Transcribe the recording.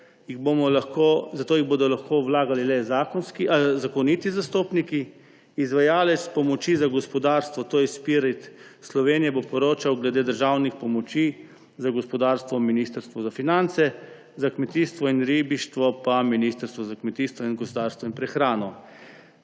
zato jih bodo lahko vlagali le zakoniti zastopniki. Izvajalec pomoči za gospodarstvo, to je Spirit Slovenije bo poročal glede državnih pomoči za gospodarstvo Ministrstvu za finance, za kmetijstvo in ribištvo pa Ministrstvu za kmetijstvo, gozdarstvo in prehrano.